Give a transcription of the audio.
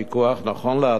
נכון לעתה,